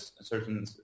certain